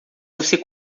você